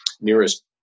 nearest